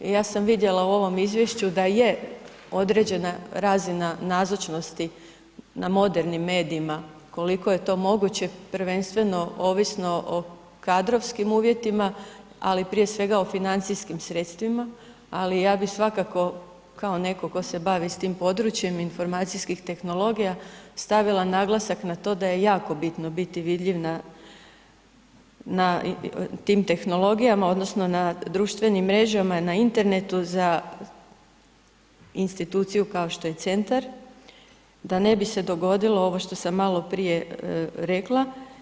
Ja sam vidjela u ovom izvješću da je određena razina nazočnosti na modernim medijima koliko je to moguće prvenstveno ovisno o kadrovskim uvjetima, ali prije svega o financijskim sredstvima, ali ja bi svakako kao netko tko se bavi s tim područjem informacijskih tehnologija stavila naglasak na to da je jako bitno biti vidljiv na tim tehnologijama odnosno na društvenim mrežama na internetu za instituciju kao što je centar da ne bi se dogodilo ovo što sam maloprije rekla.